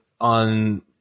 on